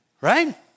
Right